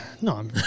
No